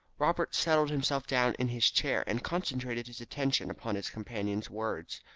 robert settled himself down in his chair and concentrated his attention upon his companion's words,